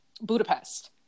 Budapest